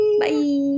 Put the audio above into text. Bye